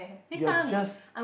you are just